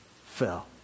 fell